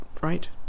right